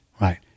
right